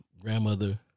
Grandmother